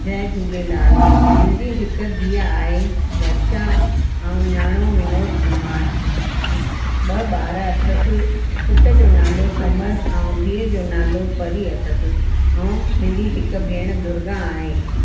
जय झूलेलाल मुंहिंजी हिकु धीउ आहे वर्षा ऐं नियाणो विनोद कुमार ॿ ॿार अथसि पुट जो नालो समर ऐं धीउ जो नालो परी अथसि ऐं मुंहिंजी हिकु भेणु दुर्गा आहे